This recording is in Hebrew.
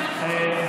אגב.